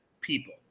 people